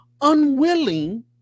unwilling